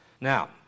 Now